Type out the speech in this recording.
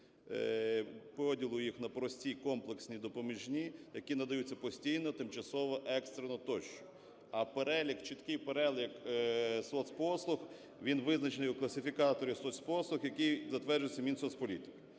поділу їх на прості, комплексні, допоміжні, які надаються постійно, тимчасово, екстрено тощо. А перелік, чіткий перелік соцпослуг, він визначений у класифікаторів соцпослуг, який затверджується Мінсоцполітики,